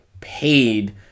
paid